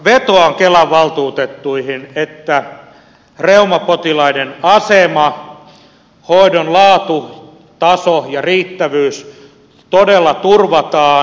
vetoan kelan valtuutettuihin että reumapotilaiden asema sekä hoidon laatu taso ja riittävyys todella turvataan